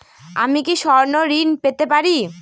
আমি কি স্বর্ণ ঋণ পেতে পারি?